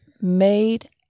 made